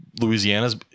Louisiana's